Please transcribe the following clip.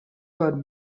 for